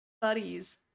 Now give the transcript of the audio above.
buddies